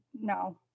no